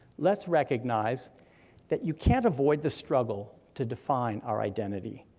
let's recognize that you can't avoid the struggle to define our identity.